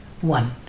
one